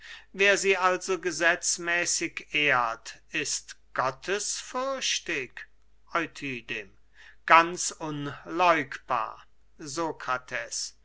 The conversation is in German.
wer sie also gesetzmäßig ehrt ist gottesfürchtig euthydem ganz unläugbar